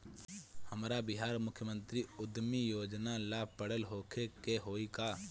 हमरा बिहार मुख्यमंत्री उद्यमी योजना ला पढ़ल होखे के होई का?